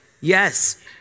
Yes